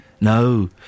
No